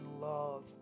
love